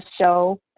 show